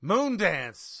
Moondance